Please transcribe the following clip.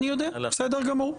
אני יודע, בסדר גמור.